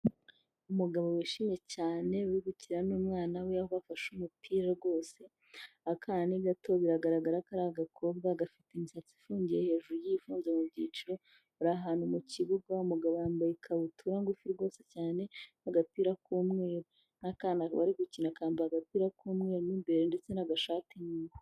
Umugabo wishimye cyane wibukira n'umwana we, aho bafashe umupira rwose, akana ni gato biragaragara kari agakombe gafite imisatsi ifungiye hejuru y'ibivundo mu byiciro uri ahantu mu kibuga, umugabo yambaye ikabutura ngufi rwose cyane agapira k'umweru, n'akana bari gukina akambaye agapira k'umweru n'imbere ndetse n'agashati inyuma.